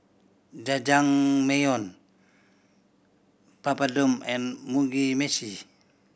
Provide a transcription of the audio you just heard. Jajangmyeon Papadum and Mugi Meshi